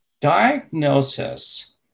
Diagnosis